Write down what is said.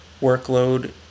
workload